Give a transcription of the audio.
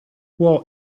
può